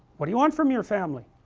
what do you want from your family?